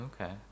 Okay